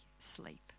sleep